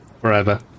forever